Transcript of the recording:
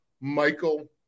michael